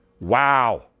Wow